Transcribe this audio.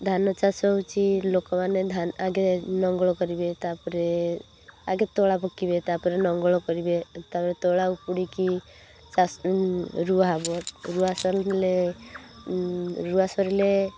ଧାନ ଚାଷ ହେଉଛି ଲୋକମାନେ ଧାନ ଆଗେ ଲଙ୍ଗଳ କରିବେ ତା'ପରେ ଆଗେ ତୋଳା ପକିଇବେ ତା'ପରେ ନଙ୍ଗଳ କରିବେ ତା'ପରେ ତୋଳା ଉପୁଡ଼ି କି ରୁଆ ହବ ରୁଆ ସରିଲେ ରୁଆ ସରିଲେ